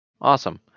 Awesome